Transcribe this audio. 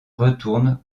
retourne